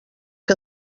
que